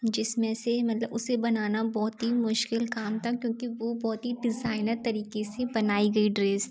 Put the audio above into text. जिसमें से मतलब उसे बनाना बहुत ही मुश्किल काम था क्योंकि वो बहुत ही डिज़ाइनर तरीक़े से बनाई गई ड्रेस थी